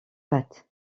pattes